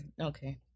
Okay